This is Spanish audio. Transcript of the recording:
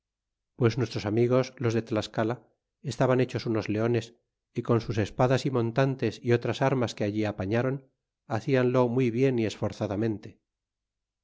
pues nuestros amigos los de tlascala estaban hechos unos leones y con sus espadas y montantes y otras armas que allí apañaron hacianlo muy bien y esforzadamente